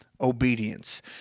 obedience